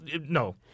no